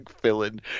villain